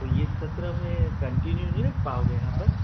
तो ये सत्रह ये कंटिन्यू नहीं रख पाओगे यहाँ पर